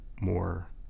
more